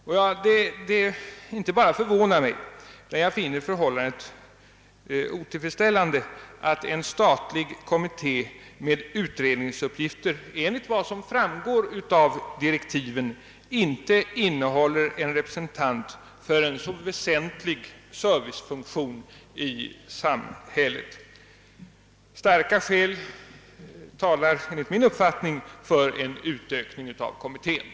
Det inte bara förvånar mig, utan jag finner det otillfredsställande att en statlig kommitté med, såsom framgår av direktiven, utredningsuppgifter inte har en representant för en så väsentlig servicefunktion i samhället. Starka skäl talar enligt min mening för en utökning av kommittén.